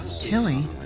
Tilly